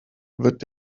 wird